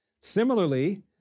Similarly